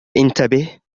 انتبه